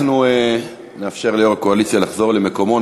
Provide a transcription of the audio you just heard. אנחנו נאפשר ליושב-ראש הקואליציה לחזור למקומו.